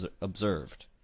observed